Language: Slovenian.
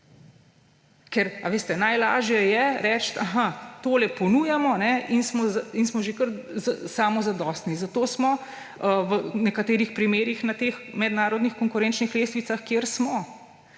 Najlažje je reči, da tole ponujamo, in smo že kar samozadostni. Zato smo v nekaterih primerih na teh mednarodnih konkurenčnih lestvicah, kjer smo.